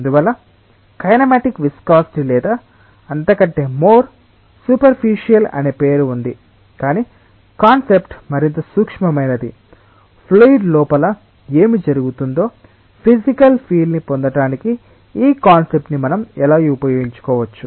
అందువల్ల kinematic viscosity లేదా అంతకంటే మోర్ సూపర్ఫిషియల్ అనే పేరు ఉంది కాని కాన్సెప్ట్ మరింత సూక్ష్మమైనది ఫ్లూయిడ్ లోపల ఏమి జరుగుతుందో ఫిసికల్ ఫీల్ ని పొందడానికి ఈ కాన్సెప్ట్ ని మనం ఎలా ఉపయోగించుకోవచ్చు